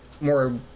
more